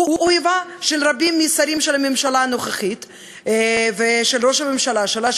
אויבם של רבים מהשרים של הממשלה הנוכחית ושל ראש הממשלה שלה,